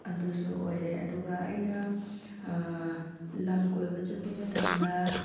ꯑꯗꯨꯁꯨ ꯑꯣꯏꯔꯦ ꯑꯗꯨꯒ ꯑꯩꯅ ꯂꯝ ꯀꯣꯏꯕ ꯆꯠꯄ ꯃꯇꯝꯗ